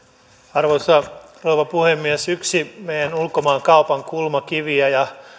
arvoisa rouva puhemies yksi meidän ulkomaankauppamme kulmakiviä ja